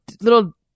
little